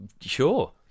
Sure